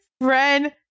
friend